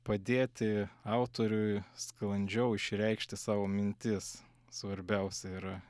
padėti autoriui sklandžiau išreikšti savo mintis svarbiausia yra